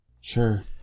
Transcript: Sure